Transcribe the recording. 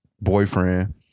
boyfriend